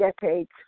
decades